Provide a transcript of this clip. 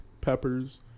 peppers